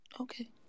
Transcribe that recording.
Okay